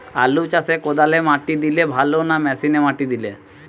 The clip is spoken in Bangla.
আলু চাষে কদালে মাটি দিলে ভালো না মেশিনে মাটি দিলে?